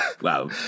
Wow